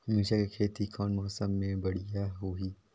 मिरचा के खेती कौन मौसम मे बढ़िया होही?